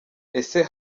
ese